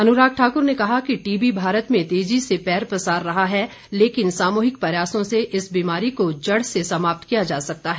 अनुराग ठाकुर ने कहा कि टीबी भारत में तेजी से पैर पसार रहा है लेकिन सामूहिक प्रयासों से इस बीमारी को जड़ से समाप्त किया जा सकता है